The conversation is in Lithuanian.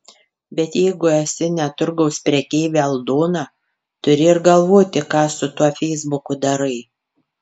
bet jeigu esi ne turgaus prekeivė aldona turi ir galvoti ką su tuo feisbuku darai